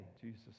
Jesus